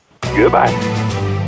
Goodbye